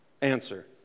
answer